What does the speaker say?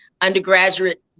undergraduate